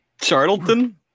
Charlton